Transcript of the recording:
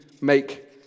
make